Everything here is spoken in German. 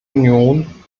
union